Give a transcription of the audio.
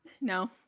No